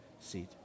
seat